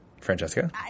Francesca